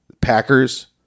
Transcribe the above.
Packers